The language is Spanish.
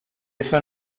eso